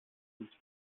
nutzt